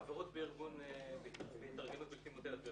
חברות בהתארגנות בלתי מותרת,